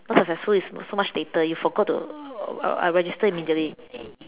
not successful is so much later you forgot to I register immediately